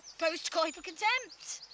post-coital contempt.